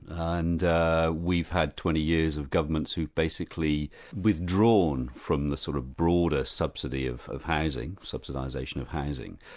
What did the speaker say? and we've had twenty years of governments who've basically withdrawn from the sort of broader subsidy of of housing, subsidisation of housing,